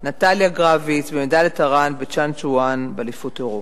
נטליה גרביץ במדליית ארד בצ'אנג-צ'ואן באליפות אירופה.